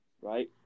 Right